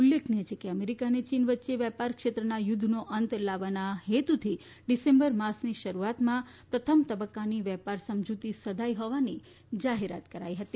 ઉલ્લેખનીય છે કે અમેરીકા અને ચીન વચ્ચે વેપાર ક્ષેત્રના યુદ્ધનો અંત લાવવાના હેતુથી ડિસેમ્બર માસની શરૂઆતમાં પ્રથમ તબક્કાની વેપાર સમજૂતી સધાઇ હોવાની જાહેરાત કરાઇ હતી